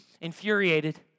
Infuriated